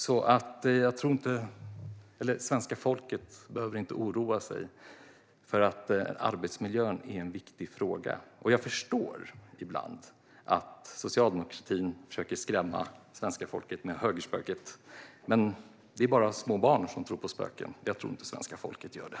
Jag tror alltså inte att svenska folket behöver oroa sig, för arbetsmiljön är en viktig fråga. Jag förstår att socialdemokratin ibland försöker skrämma svenska folket med högerspöket, men det är bara små barn som tror på spöken. Jag tror inte att svenska folket gör det.